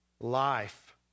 life